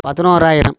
பதினொராயிரம்